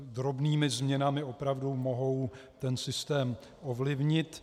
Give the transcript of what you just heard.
Drobnými změnami opravdu mohou ten systém ovlivnit.